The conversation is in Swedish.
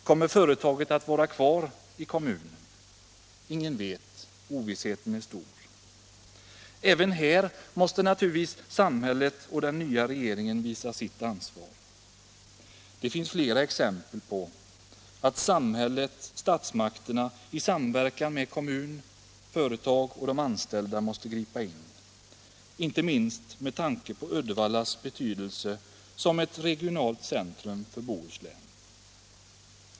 Kommer företaget att vara kvar i kommunen? Ingen vet — ovissheten är stor. Även här måste naturligtvis samhället och den nya regeringen visa sitt ansvar. Det finns flera exempel på att statsmakterna i samverkan med kommun, företag och anställda måste gripa in, inte minst med tanke på Uddevallas betydelse som är ett regionalt centrum för Bohuslän.